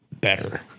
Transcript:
Better